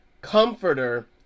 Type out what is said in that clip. Comforter